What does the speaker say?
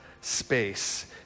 space